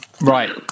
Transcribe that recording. Right